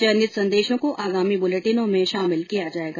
चयनित संदेशों को आगामी बुलेटिनों में शामिल किया जाएगा